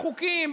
בחוקים,